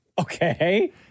Okay